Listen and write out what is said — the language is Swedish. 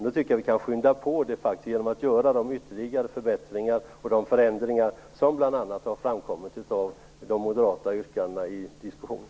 Det kan vi faktiskt skynda på genom att göra de ytterligare förbättringar och förändringar som bl.a. framgått av de moderata yrkandena i diskussionen.